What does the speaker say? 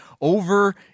Over